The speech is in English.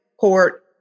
court